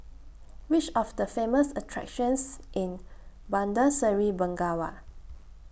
Which Are The Famous attractions in Bandar Seri Begawan